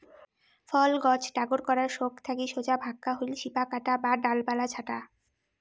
ফল গছ ডাগর করার সৌগ থাকি সোজা ভাক্কা হইল শিপা কাটা বা ডালপালা ছাঁটা